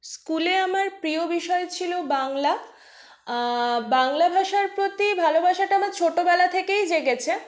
স্কুলে আমার প্রিয় বিষয় ছিল বাংলা বাংলা ভাষার প্রতি ভালোবাসাটা আমার ছোটোবেলা থেকেই জেগেছে